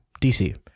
DC